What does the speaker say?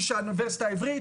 איש האוניברסיטה העברית,